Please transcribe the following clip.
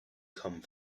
come